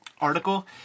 article